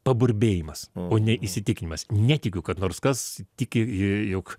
paburbėjimas o ne įsitikinimas netikiu kad nors kas tiki jog